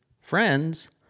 friends